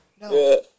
No